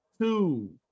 two